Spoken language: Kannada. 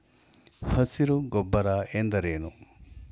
ಹಸಿರು ಗೊಬ್ಬರ ಎಂದರೇನು?